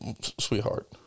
sweetheart